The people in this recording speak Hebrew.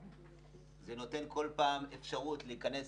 זה נותן כל פעם אפשרות להיכנס